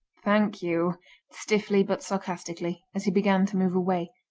thank you stiffly but sarcastically, as he began to move away.